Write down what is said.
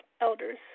Elders